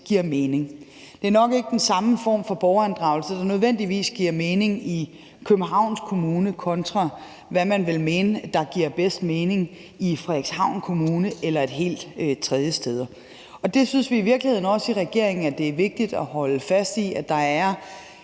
bedst mening. Det er nok ikke den samme form for borgerinddragelse, der nødvendigvis giver mening i Københavns Kommune, kontra hvad man vil mene giver bedst mening i Frederikshavn Kommune eller et helt tredje sted. Og det synes vi virkeligheden også i regeringen er vigtigt at holde fast i, altså at der er